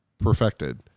Perfected